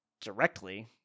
directly